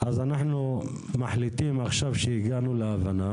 נחליט שהגענו להבנה.